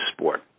sport